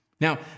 Now